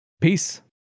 Peace